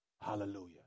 Hallelujah